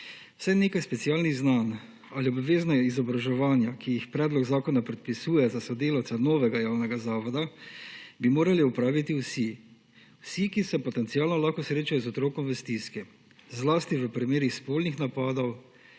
Vsaj nekaj specialnih znanj ali obvezna izobraževanja, ki jih predlog zakona predpisuje za sodelavca novega javnega zavoda, bi morali opraviti vsi; vsi, ki se potencialno lahko srečajo z otrokom v stiski, zlasti v primerih spolnih napadov